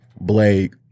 Blake